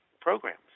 programs